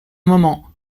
moment